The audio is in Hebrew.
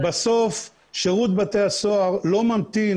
תקשיבו, בסוף שירות בתי הסוהר לא ממתין,